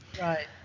Right